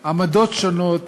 היו עמדות שונות